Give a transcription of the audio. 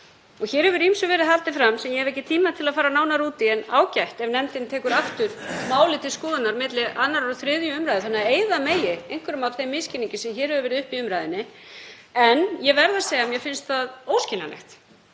Hér hefur ýmsu verið haldið fram sem ég hef ekki tíma til að fara nánar út í en það er ágætt ef nefndin tekur málið aftur til skoðunar milli 2. og 3. umr. þannig að eyða megi einhverjum af þeim misskilningi sem hér hefur verið uppi í umræðunni. Ég verð að segja að mér finnst það óskiljanlegt